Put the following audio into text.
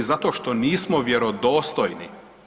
Zato što nismo vjerodostojni.